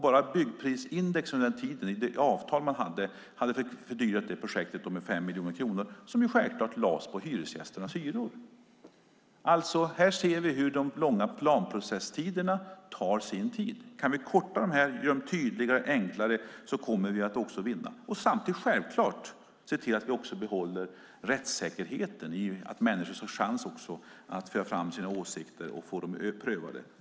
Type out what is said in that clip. Bara byggprisindex under den tiden, i det avtal man hade, hade fördyrat det projektet med 5 miljoner kronor som självfallet lades på hyresgästernas hyror. Här ser vi hur de långa planprocesserna tar sin tid. Kan vi korta dem och göra dem tydligare och enklare kommer vi också att vinna. Vi ska självfallet också samtidigt se till att vi behåller rättssäkerheten genom att människor får en chans att föra fram sina åsikter och få dem prövade.